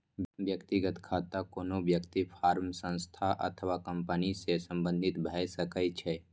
व्यक्तिगत खाता कोनो व्यक्ति, फर्म, संस्था अथवा कंपनी सं संबंधित भए सकै छै